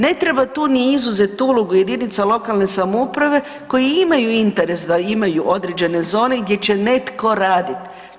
Ne treba tu ni izuzeti uloga jedinica lokalne samouprave koje imaju interes da imaju određene zone gdje će netko raditi.